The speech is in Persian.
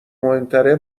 مهمتره